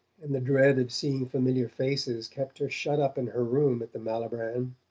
and the dread of seeing familiar faces kept her shut up in her room at the malibran,